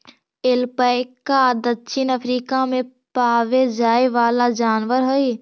alpaca दक्षिण Africa में पावे जाए वाला जनावर हई